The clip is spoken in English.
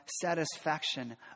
satisfaction